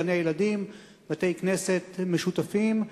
גני-ילדים ובתי-כנסת משותפים.